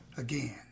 again